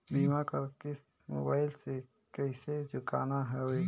बीमा कर किस्त मोबाइल से कइसे चुकाना हवे